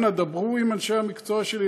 אנא דברו עם אנשי המקצוע שלי.